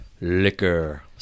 liquor